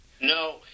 No